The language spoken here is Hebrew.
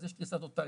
אז יש קריסה טוטלית.